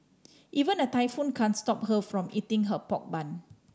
even a typhoon can't stop her from eating her pork bun